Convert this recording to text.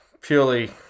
purely